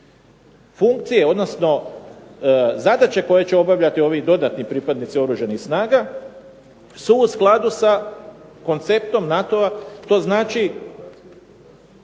Funkcije, odnosno zadaće koje će obavljati ovi dodatni pripadnici Oružanih snaga su u skladu sa konceptom NATO-a.